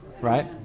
right